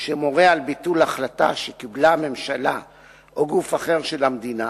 שמורה על ביטול החלטה שקיבלה הממשלה או גוף אחר של המדינה,